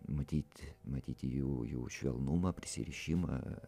matyti matyti jų jų švelnumą prisirišimą